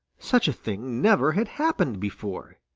such a thing never had happened before.